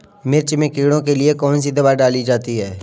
मिर्च में कीड़ों के लिए कौनसी दावा डाली जाती है?